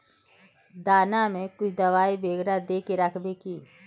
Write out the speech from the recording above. दाना में कुछ दबाई बेगरा दय के राखबे की?